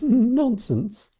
nonsense!